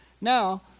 Now